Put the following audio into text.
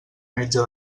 metge